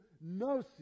no